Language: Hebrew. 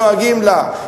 דואגים לה.